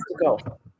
go